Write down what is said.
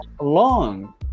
long